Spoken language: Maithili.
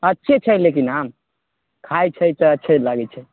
अच्छे छै लेकिन आम खाय छै तऽ अच्छे लागैत छै